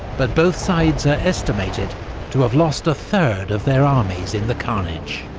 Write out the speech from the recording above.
but both sides are estimated to have lost a third of their armies in the carnage.